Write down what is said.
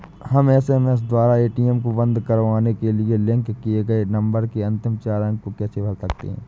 हम एस.एम.एस द्वारा ए.टी.एम को बंद करवाने के लिए लिंक किए गए नंबर के अंतिम चार अंक को कैसे भर सकते हैं?